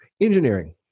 engineering